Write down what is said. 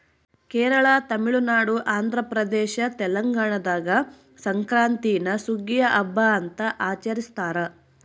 ಕೇರಳ ತಮಿಳುನಾಡು ಆಂಧ್ರಪ್ರದೇಶ ತೆಲಂಗಾಣದಾಗ ಸಂಕ್ರಾಂತೀನ ಸುಗ್ಗಿಯ ಹಬ್ಬ ಅಂತ ಆಚರಿಸ್ತಾರ